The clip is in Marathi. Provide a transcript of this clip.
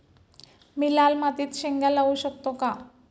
मी लाल मातीत शेंगा लावू शकतो का?